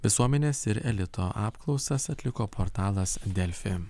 visuomenės ir elito apklausas atliko portalas delfi